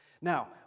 now